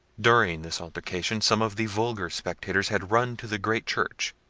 during this altercation, some of the vulgar spectators had run to the great church,